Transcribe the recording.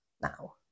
now